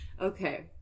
Okay